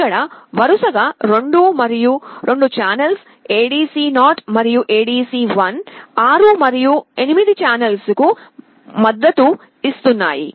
ఇక్కడ వరుసగా 2 మరియు 2 ఛానెల్స్ ADC 0 మరియు ADC1 6 మరియు 8 ఛానెల్ లకు మద్దతు ఇస్తున్నాయి